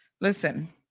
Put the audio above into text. Listen